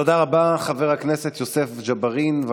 יעלה חבר הכנסת עידן רול, למשך חמש דקות.